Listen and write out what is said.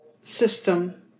system